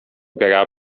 gra